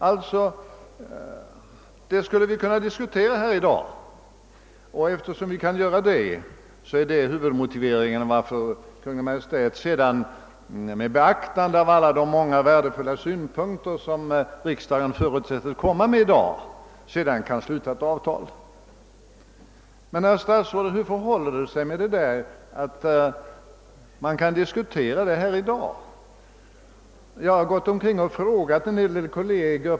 Detta skulle vi alltså kunna diskutera här i dag, och det är väl huvudmotiveringen till att Kungl. Maj:t sedan anses kunna — med beaktande av alla de många värdefulla synpunkter som riksdagen förutsätts framlägga i dag — på egen hand sluta ett avtal med läkarna. Men herr statsrådet, hur förhåller det sig med det?